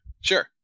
Sure